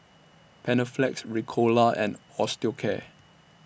Panaflex Ricola and Osteocare